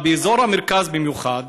אבל באזור המרכז במיוחד,